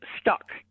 stuck